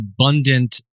abundant